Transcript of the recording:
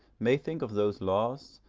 may think of those laws,